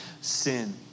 sin